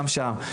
גם שם,